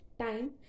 time